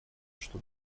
что